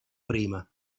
prima